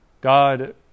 God